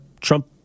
Trump